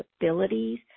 abilities